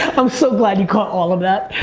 i'm so glad you caught all of that.